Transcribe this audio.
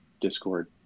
Discord